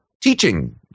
teaching